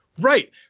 right